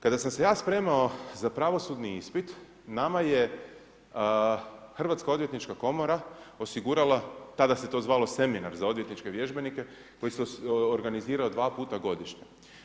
Kada sam se ja spremao na pravosudni ispit, nama je Hrvatska odvjetnička komora osigurala, tada se to zvalo seminar za odvjetničke vježbenike koji se organizirao dva puta godišnje.